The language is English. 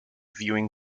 viewing